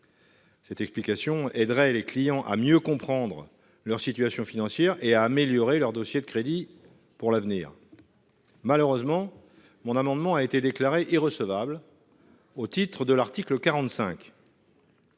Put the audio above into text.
Cette explication aiderait les clients à mieux comprendre leur situation financière et à améliorer leur dossier de crédit pour l'avenir. Malheureusement mon amendement a été déclarée irrecevable. Au titre de l'article 45.